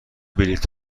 بلیط